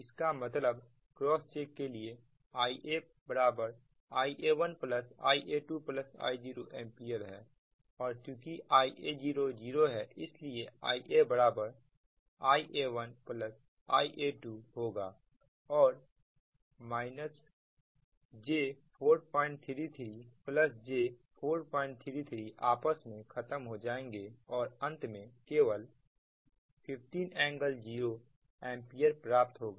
इसका मतलब cross check के लिए Ia Ia1Ia2Ia0एंपियर है और चुकी Ia0 0 है इसलिए Ia Ia1Ia2 होगा और j 433 j 433 आपस में खत्म हो जाएंगे और अंत में केवल 15 ∟0 एंपियर प्राप्त होगा